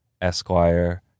esquire